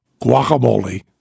guacamole